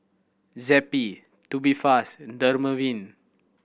Zappy Tubifast Dermaveen